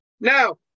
Now